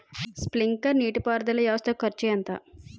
Sprinkler నీటిపారుదల వ్వవస్థ కు ఖర్చు ఎంత?